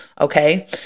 Okay